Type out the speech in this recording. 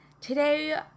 Today